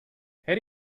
her